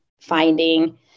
finding